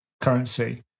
currency